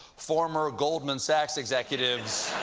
former goldman sachs executives,